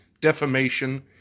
defamation